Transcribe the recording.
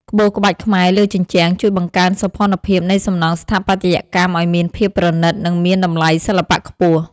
ក្បូរក្បាច់ខ្មែរលើជញ្ជាំងជួយបង្កើនសោភ័ណភាពនៃសំណង់ស្ថាបត្យកម្មឱ្យមានភាពប្រណីត និងមានតម្លៃសិល្បៈខ្ពស់។